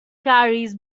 carries